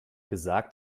gesagt